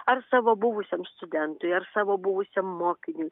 ar savo buvusiam studentui ar savo buvusiam mokiniui